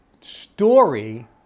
story